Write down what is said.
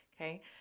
okay